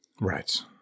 Right